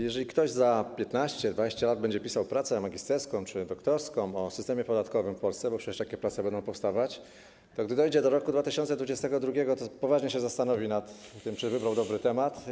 Jeżeli ktoś za 15, 20 lat będzie pisał pracę magisterską czy doktorską o systemie podatkowym w Polsce, bo przecież takie prace będą powstawać, to gdy dojdzie do roku 2022, to poważnie się zastanowi nad tym, czy wybrał dobry temat.